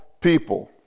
people